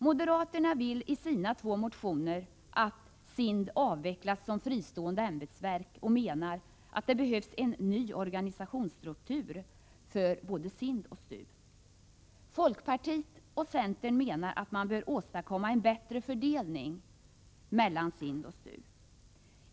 Moderaterna vill i sina två motioner att SIND avvecklas som fristående ämbetsverk och menar att det behövs en ny organisationsstruktur för både SIND och STU. Folkpartiet och centern menar att man bör åstadkomma en bättre fördelning mellan SIND och STU.